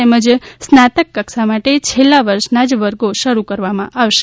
તેમજ સ્નાતક કક્ષા માટે માત્ર છેલ્લા વર્ષના જ વર્ગો શરૂ કરવામાં આવશે